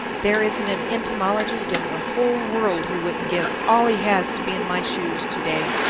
there isn't an entymologist in the whole world who wouldn't give all he has to be in my shoes to-day,